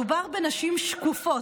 מדובר בנשים שקופות,